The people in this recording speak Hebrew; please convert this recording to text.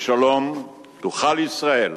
בשלום תוכל ישראל